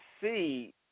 see